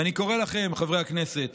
אני קורא לכם, חברי הכנסת